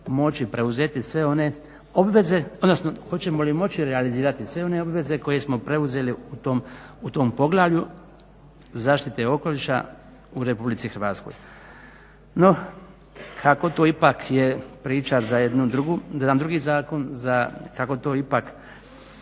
moći realizirati sve one obveze koje smo preuzeli u tom poglavlju zaštite okoliša u RH. No, kako to ipak je priča za jedan drugi zakon, kako to ipak